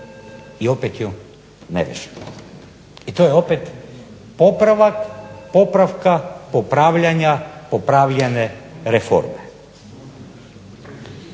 i opet ju ne vežemo. I to je opet popravak popravka popravljanja popravljane reforme.